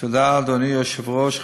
תודה, אדוני היושב-ראש.